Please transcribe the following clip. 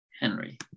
Henry